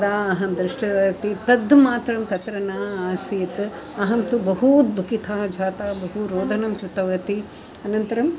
यदा अहं दृष्टवति तद् मात्रं तत्र न आसीत् अहं तु बहू दुःखिता जाता बहु रोदनं कृतवती अनन्तरम्